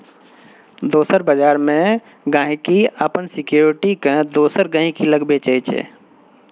दोसर बजार मे गांहिकी अपन सिक्युरिटी केँ दोसर गहिंकी लग बेचय छै